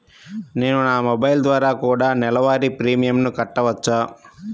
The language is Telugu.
నేను నా మొబైల్ ద్వారా కూడ నెల వారి ప్రీమియంను కట్టావచ్చా?